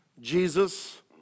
Jesus